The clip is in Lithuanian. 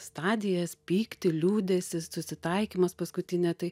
stadijas pyktį liūdesį susitaikymas paskutinė tai